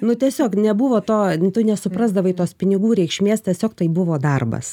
nu tiesiog nebuvo to tu nesuprasdavai tos pinigų reikšmės tiesiog tai buvo darbas